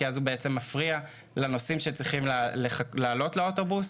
כי אז הוא מפריע לנוסעים שצריכים לעלות לאוטובוס.